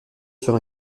sur